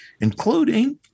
including